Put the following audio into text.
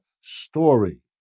story